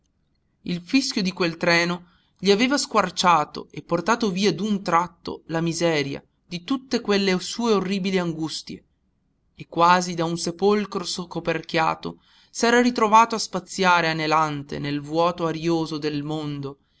il fischio di quel treno gli aveva squarciato e portato via d'un tratto la miseria di tutte quelle sue orribili angustie e quasi da un sepolcro scoperchiato s'era ritrovato a spaziare anelante nel vuoto arioso del mondo